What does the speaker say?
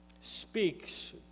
speaks